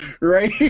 Right